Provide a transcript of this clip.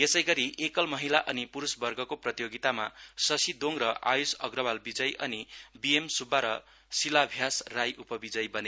यसैगरी एकल महिला अनि पुरुषवर्गको प्रतियोगितामा शशी दोङ र आयुष अग्रवाल विजयी अनि बीएम सुब्बा र शिलभान्यास राई उपविजयी बने